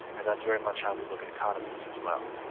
and that's very much how we look at economies as well.